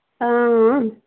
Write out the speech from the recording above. हां